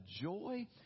joy